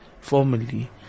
formally